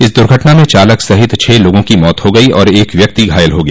इस दुघर्टना में चालक सहित छः लोगों की मौत हो गयी और एक व्यक्ति घायल हो गया